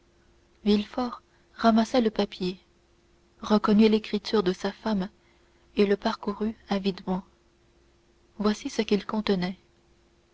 mère villefort ramassa le papier reconnut l'écriture de sa femme et le parcourut avidement voici ce qu'il contenait